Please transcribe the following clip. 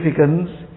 significance